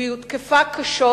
היא הותקפה קשות